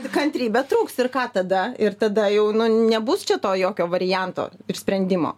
kantrybė trūks ir ką tada ir tada jau nebus čia to jokio varianto ir sprendimo